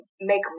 make